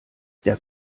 der